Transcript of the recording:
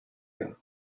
you